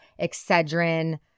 Excedrin